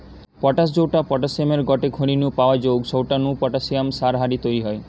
potash জউটা পটাশিয়ামের গটে খনি নু পাওয়া জউগ সউটা নু পটাশিয়াম সার হারি তইরি হয়